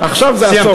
עכשיו זה הסוף.